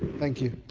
thank you.